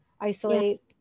isolate